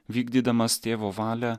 vykdydamas tėvo valią